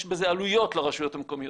יש בזה עלויות לרשויות המקומיות.